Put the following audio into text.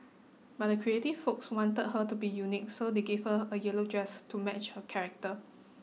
but the creative folks wanted her to be unique so they gave her a yellow dress to match her character